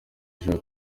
ushaka